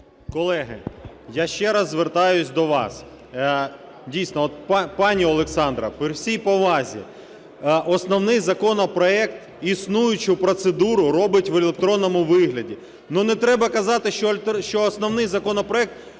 Колеги, я ще раз звертаюсь до вас, дійсно, от, пані Олександра, при всій повазі, основний законопроект існуючу процедуру робить в електронному вигляді, не треба казати, що основний законопроект